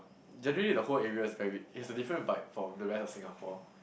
generally the whole area is very it's a different vibe from the rest of Singapore